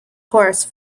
horse